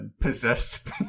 possessed